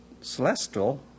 celestial